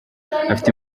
afite